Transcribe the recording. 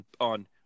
on